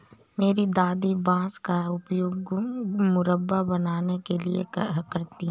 मेरी दादी बांस का उपयोग मुरब्बा बनाने के लिए करती हैं